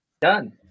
done